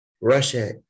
Russia